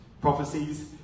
prophecies